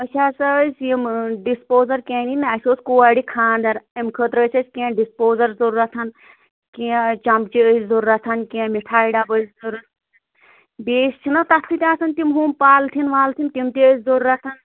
أسۍ ہَسا ٲسۍ یِم ڈِسپوزل کیٚنٛہہ نِنۍ نا اَسہِ اوس کورِ خانٛدر اَمہِ خٲطرٕ ٲسۍ أسۍ کیٚنٛہہ ڈسپوزل ضروٗرت کیٚنٛہہ چمچہٕ ٲسۍ ضروٗرت کیٚنٛہہ مِٹھایہِ ڈَبہٕ ٲسۍ ضروٗرت بیٚیہِ چھِنا تَتھ سۭتۍ آسان تِم ہُم پالتھیٖن والتھیٖن تِم تہِ ٲسۍ ضروٗرت